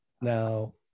Now